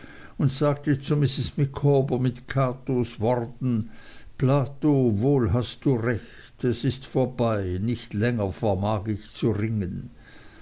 und sagte zu mrs micawber mit catos worten plato wohl hast du recht es ist vorbei nicht länger vermag ich zu ringen